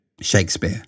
Shakespeare